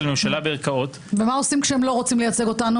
הממשלה בערכאות --- ומה עושים כשהם לא רוצים לייצג אותנו,